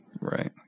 Right